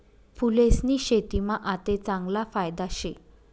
फूलेस्नी शेतीमा आते चांगला फायदा शे